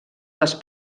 les